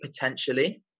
potentially